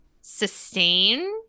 sustain